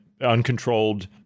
uncontrolled